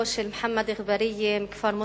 ביתו של מוחמד אגבאריה מכפר מוסמוס.